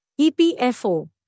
EPFO